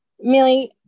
Millie